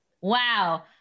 Wow